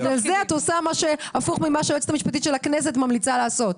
ובגלל זה את עושה הפוך ממה שהיועצת המשפטית של הכנסת ממליצה לעשות,